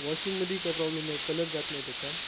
वॉशिंगमध्ये काय प्रॉब्लेम नाही कलर जात नाही त्याचा